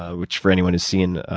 ah which, for anyone who's seen